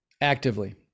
Actively